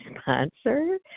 sponsor